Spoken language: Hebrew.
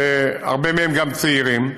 שהרבה מהם צעירים,